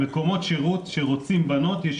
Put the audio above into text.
מקומות שירות שרוצים בנות ובנים,